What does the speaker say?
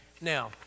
Now